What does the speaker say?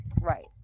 right